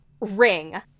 ring